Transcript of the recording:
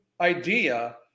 idea